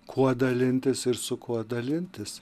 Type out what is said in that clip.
kuo dalintis ir su kuo dalintis